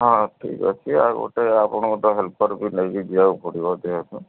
ହଁ ଠିକ୍ ଅଛି ଆଉ ଗୋଟେ ଆପଣଙ୍କ ତ ହେଲ୍ପର୍ ବି ନେଇକି ଯିବାକୁ ପଡ଼ିବ ଯେହେତୁ